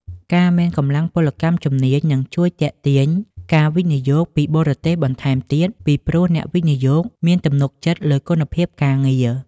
ការមានកម្លាំងពលកម្មជំនាញនឹងជួយទាក់ទាញការវិនិយោគពីបរទេសបន្ថែមទៀត ពីព្រោះអ្នកវិនិយោគមានទំនុកចិត្តលើគុណភាពការងារ។